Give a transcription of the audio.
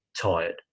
tired